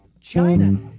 China